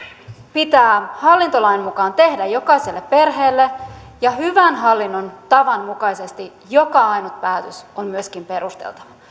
pitää hallintolain mukaan tehdä jokaiselle perheelle ja hyvän hallinnon tavan mukaisesti joka ainut päätös on myöskin perusteltava